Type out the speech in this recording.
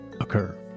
occur